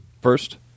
first